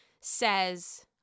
says